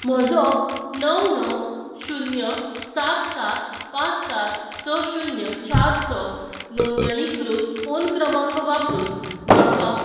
म्हजो णव णव शुन्य सात सात पांच सात स शुन्य चार स नोंदणीकृत फोन क्रमांक वापरुन म्हाका